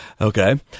Okay